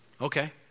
Okay